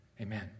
amen